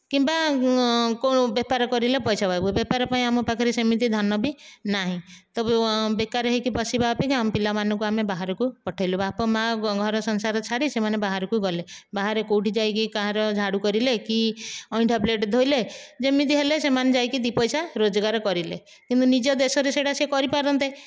କିମ୍ବା କେଉଁ ବେପାର କରିଲେ ପଇସା ପାଇବୁ ବେପାର ପାଇଁ ଆମ ପାଖରେ ସେମିତି ଧନ ବି ନାହିଁ ତ ବେକାର ହୋଇକି ବସିବା ଅପେକ୍ଷା ଆମ ପିଲାମାନଙ୍କୁ ଆମେ ବାହାରକୁ ପଠେଇଲୁ ବାପା ମା' ଘର ସଂସାର ଛାଡ଼ି ସେମାନେ ବାହାରକୁ ଗଲେ ବାହାରେ କେଉଁଠି ଯାଇକି କାହାର ଝାଡ଼ୁ କରିଲେ କି ଅଇଁଠା ପ୍ଲେଟ୍ ଧୋଇଲେ ଯେମିତି ହେଲେ ବି ସେମାନେ ଯାଇକି ଦୁଇ ପଇସା ରୋଜଗାର କରିଲେ କିନ୍ତୁ ନିଜ ଦେଶରେ ସେଇଟା ସେ କରିପାରନ୍ତେ